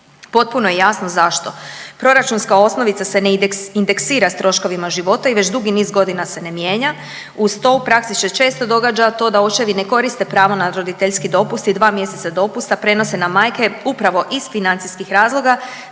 potpuno je jasno zašto. Proračunska osnovica se ne indeksira s troškovima života i već dugi niz godina se ne mijenja. Uz to u praksi se često događa to da očevi ne koriste pravo na roditeljski dopust i dva mjeseca dopusta prenose na majke upravo iz financijskih razloga